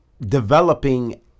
developing